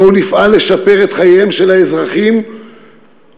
בואו נפעל לשפר את חייהם של האזרחים ולתקן